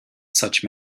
such